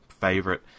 favorite